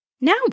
now